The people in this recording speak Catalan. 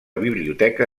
biblioteca